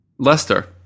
Leicester